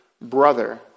brother